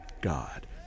God